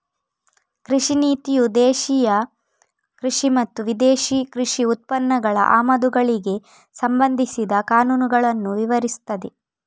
ಕೃಷಿ ನೀತಿಯು ದೇಶೀಯ ಕೃಷಿ ಮತ್ತು ವಿದೇಶಿ ಕೃಷಿ ಉತ್ಪನ್ನಗಳ ಆಮದುಗಳಿಗೆ ಸಂಬಂಧಿಸಿದ ಕಾನೂನುಗಳನ್ನ ವಿವರಿಸ್ತದೆ